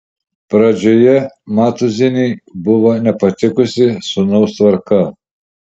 pradžioje matūzienei buvo nepatikusi sūnaus tvarka